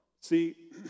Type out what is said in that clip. See